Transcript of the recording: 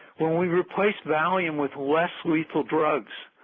when we replace valium with less-lethal drugs,